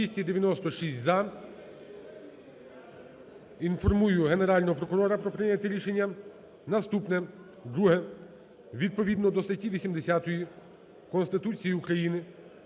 За-296 Інформую Генерального прокурора про прийняте рішення. Наступне, друге. Відповідно до статті 80 Конституції України,